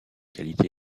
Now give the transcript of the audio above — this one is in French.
qualités